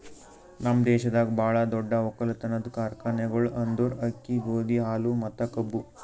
ನಮ್ ದೇಶದಾಗ್ ಭಾಳ ದೊಡ್ಡ ಒಕ್ಕಲತನದ್ ಕಾರ್ಖಾನೆಗೊಳ್ ಅಂದುರ್ ಅಕ್ಕಿ, ಗೋದಿ, ಹಾಲು ಮತ್ತ ಕಬ್ಬು